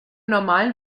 normalen